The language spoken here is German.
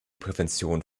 prävention